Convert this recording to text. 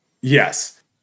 yes